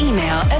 Email